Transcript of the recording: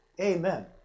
Amen